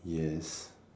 yes